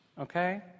Okay